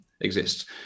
exists